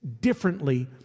differently